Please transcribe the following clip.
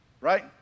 right